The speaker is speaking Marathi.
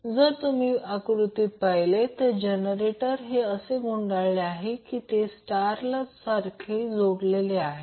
जर तुम्ही आकृतीत पाहिले तर जनरेटर असे गुंडाळले की ते स्टारसारखे जोडलेले आहे